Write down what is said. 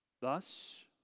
Thus